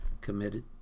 committed